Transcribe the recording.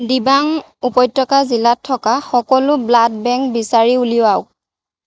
দিবাং উপত্যকা জিলাত থকা সকলো ব্লাড বেংক বিচাৰি উলিয়াওক